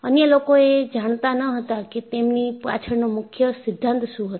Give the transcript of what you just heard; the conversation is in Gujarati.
અન્ય લોકો એ જાણતા ન હતા કે તેમની પાછળનો મુખ્ય સિદ્ધાંત શું હતો